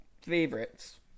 favorites